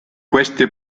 queste